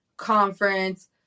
conference